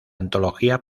antología